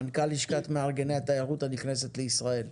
מנכ"ל לשכת מארגני התיירות הנכנסת לישראל,